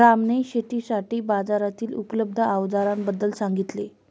रामने शेतीसाठी बाजारातील उपलब्ध अवजारांबद्दल सांगितले